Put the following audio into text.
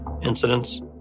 incidents